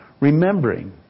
remembering